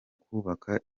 kubaka